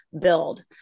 build